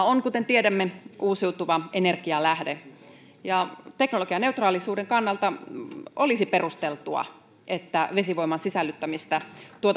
on kuten tiedämme uusiutuva energialähde ja teknologianeutraalisuuden kannalta olisi perusteltua että vesivoiman sisällyttämistä